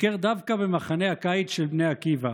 ביקר דווקא במחנה הקיץ של בני עקיבא.